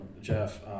Jeff